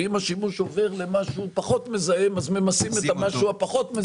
ואם השימוש עובר למשהו פחות מזהם אז ממסים גם אותו.